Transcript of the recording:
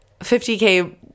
50k